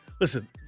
Listen